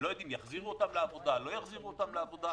לא יודעים אם יחזירו אותם לעבודה או לא יחזירו אותם לעבודה.